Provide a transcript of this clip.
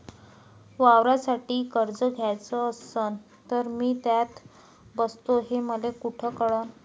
वावरासाठी कर्ज घ्याचं असन तर मी त्यात बसतो हे मले कुठ कळन?